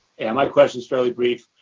and my question is fairly brief.